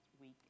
week